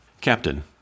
Captain